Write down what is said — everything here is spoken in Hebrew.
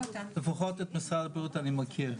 לפחות את משרד הבריאות אני מכיר.